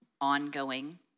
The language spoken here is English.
ongoing